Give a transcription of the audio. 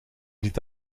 niet